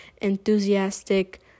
enthusiastic